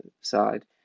side